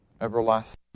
everlasting